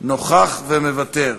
נוכח ומוותר.